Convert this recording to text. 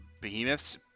behemoths